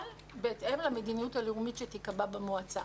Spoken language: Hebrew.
בהתאם למדיניות הלאומית שתיקבע במועצה.